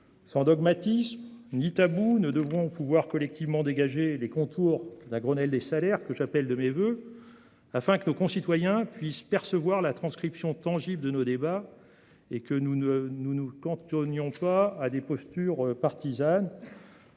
Sans dogmatisme ni tabou, nous devrions pouvoir collectivement dégager les contours du Grenelle des salaires que j'appelle de mes voeux, afin que nos concitoyens puissent percevoir la transcription tangible de nos débats et que nous ne nous cantonnions pas à des postures partisanes.